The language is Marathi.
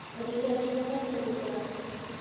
रिचार्ज कसा करूचा?